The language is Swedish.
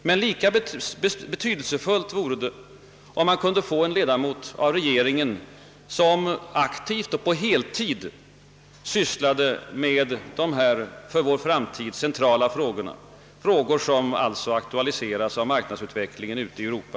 Men lika betydelsefullt vore det om en ledamot av regeringen aktivt och på heltid sysslade med de för vår framtid centrala frågor som aktualiseras i marknadsutvecklingen i Europa.